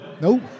nope